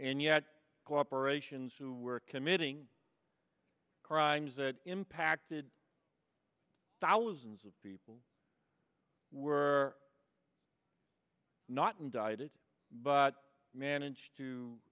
and yet cooperations who were committing crimes that impacted thousands of people were not indicted but managed